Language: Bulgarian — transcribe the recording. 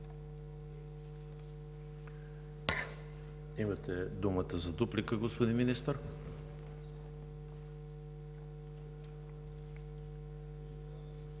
Имате думата за дуплика, господин Министър.